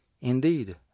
indeed